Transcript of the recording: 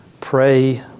Pray